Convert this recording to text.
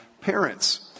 parents